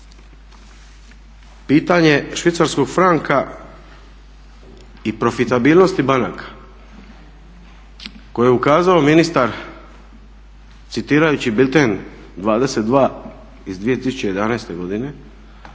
pitanje švicarskog franka i profitabilnosti banaka koje je ukazao ministar citirajući Bilten 22. iz 2011. godine